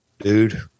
dude